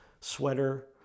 sweater